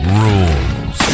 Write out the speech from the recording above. rules